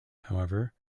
however